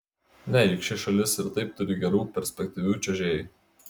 ne juk ši šalis ir taip turi gerų perspektyvių čiuožėjų